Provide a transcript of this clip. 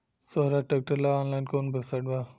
सोहराज tractor ला online कोउन website बा?